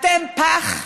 אתם פח,